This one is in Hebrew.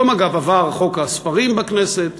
היום, אגב, עבר חוק הספרים בכנסת.